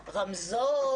רמזור,